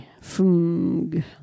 Fung